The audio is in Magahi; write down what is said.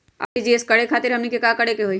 आर.टी.जी.एस करे खातीर हमनी के का करे के हो ई?